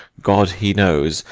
god he knows,